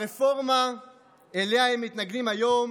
הרפורמה שאליה הם מתנגדים היום